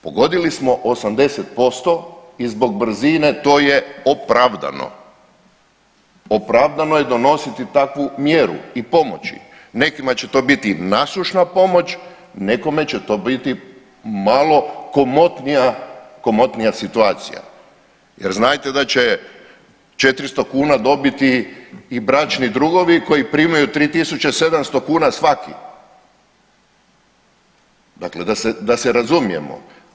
Pogodili smo 80% i zbog brzine to je opravdano, opravdano je donositi takvu mjeru i pomoći, nekima će to biti nasušna pomoć, nekome će to biti malo komotnija, komotnija situacija jer znajte da će 400 kuna dobiti i bračni drugovi koji primaju 3.700 kuna svaki, dakle, da se, da se razumijemo.